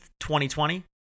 2020